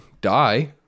die